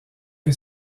que